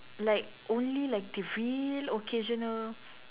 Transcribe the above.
like only like the real occasional